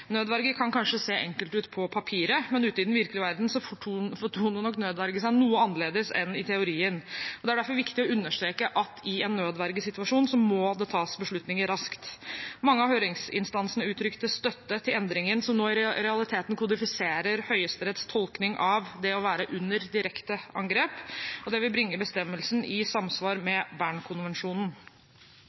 nødverge. Nødverge kan kanskje se enkelt ut på papiret, men ute i den virkelige verden fortoner nok nødverge seg noe annerledes enn i teorien. Det er derfor viktig å understreke at i en nødvergesituasjon må det tas beslutninger raskt. Mange av høringsinstansene uttrykte støtte til endringen som nå i realiteten kodifiserer Høyesteretts tolkning av det å være under direkte angrep. Det vil bringe bestemmelsen i samsvar med Bernkonvensjonen.